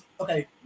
okay